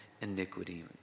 iniquity